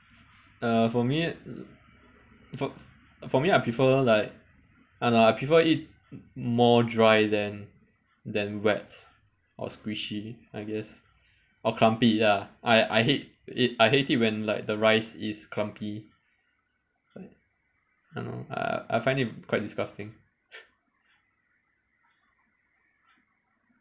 err for me for for me I prefer like I don't know I prefer eat more dry than than wet or squishy I guess or clumpy ya I I hate it I hate it when like the rice is clumpy I don't know uh I find it quite disgusting